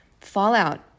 fallout